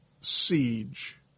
siege